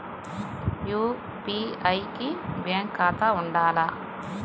UPI కి bank ఖాతా ఉండాల?